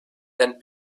and